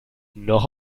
noch